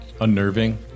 unnerving